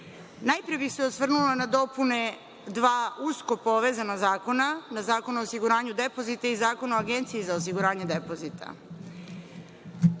EU.Najpre bih se osvrnula na dopune dva usko povezana zakona, na Zakon o osiguranju depozita i Zakon o Agenciji za osiguranje depozita.